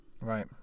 Right